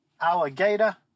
alligator